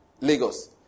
Lagos